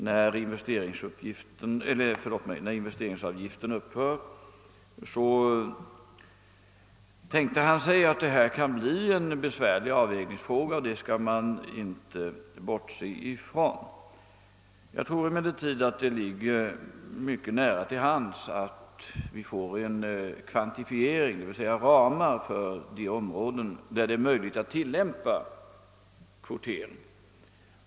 När investeringsavgiften upphör kan det, tänkte han sig, bli en besvärlig avvägningsfråga, och det kan man inte bortse från. Jag tror emellertid att det ligger mycket nära till hands att vi får en kvantifiering, d.v.s. ramar för de områden där det är möjligt att tillämpa kvotering.